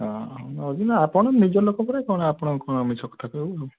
ହଁ ଆପଣ ନିଜ ଲୋକ ପରା କ'ଣ ଆପଣଙ୍କୁ କ'ଣ ମିଛ କଥା କହିବୁ ନା